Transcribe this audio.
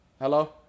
Hello